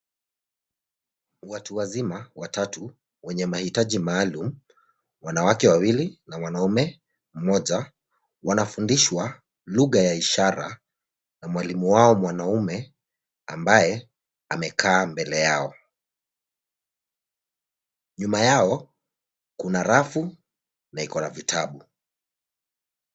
Watu wazima watatu wenye mahitaji maalum, wanawake wawili na mwanaume mmoja, wanafundishwa lugha ya Ishara na mwalimu wao wa mwanaume ambaye amekaa mbele yao. Nyuma yao kuna rafu na iko na vitabu.